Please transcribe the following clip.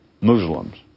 Muslims